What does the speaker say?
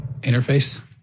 interface